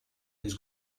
his